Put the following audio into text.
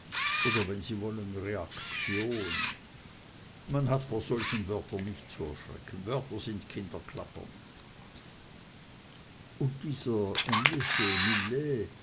oder wenn sie wollen reaktion man hat vor solchen wörtern nicht zu erschrecken wörter sind kinderklappern und dieser englische millais